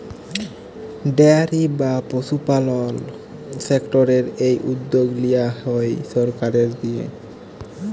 dairy বা পশুপালল সেক্টরের এই উদ্যগ লিয়া হ্যয় সরকারের দিঁয়ে